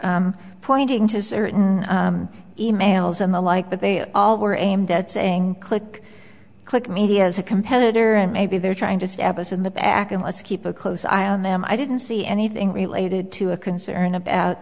were pointing to certain e mails and the like but they all were aimed at saying click click maybe as a competitor maybe they're trying to stab us in the back and let's keep a close eye on them i didn't see anything related to a concern about